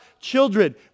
children